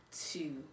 two